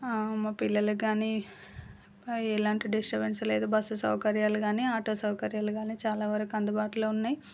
మా పిల్లలకి కానీ ఏలాంటి డిస్టర్బన్స్ లేదు బస్సు సౌకర్యాలు కాని ఆటో సౌకర్యాలు కాని చాలా వరకు అందుబాటులో ఉన్నాయి